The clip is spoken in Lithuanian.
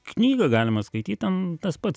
knygą galima skaityt ten tas pats